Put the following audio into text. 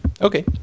Okay